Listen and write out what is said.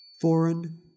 Foreign